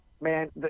man